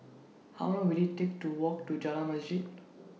How Long Will IT Take to Walk to Jalan Masjid